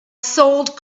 sold